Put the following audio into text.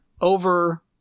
over